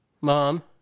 Mom